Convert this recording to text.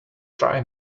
try